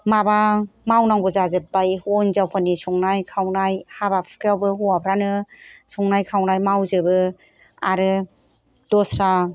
माबा मावनांगौ जाजोबबाय हिनजावफोरनि संनाय खावनाय हाबा हुखायावबो हौवाफ्रानो संनाय खावनाय मावजोबो आरो दस्रा